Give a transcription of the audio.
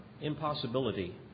impossibility